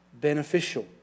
beneficial